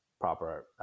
proper